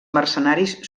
mercenaris